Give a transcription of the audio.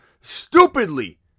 stupidly